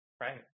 Right